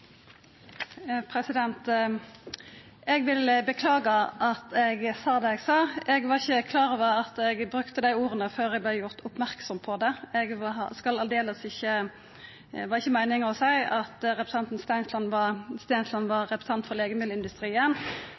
ulemper. Eg vil beklaga at eg sa det eg sa. Eg var ikkje klar over at eg brukte dei orda, før eg vart gjord merksam på det. Det var ikkje meininga å seia at representanten Stensland var representant for legemiddelindustrien.